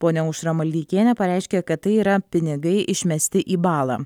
ponia aušra maldeikienė pareiškė kad tai yra pinigai išmesti į balą